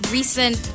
recent